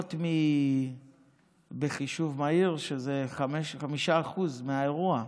ובחישוב מהיר זה 5% מהאירוע.